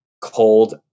cold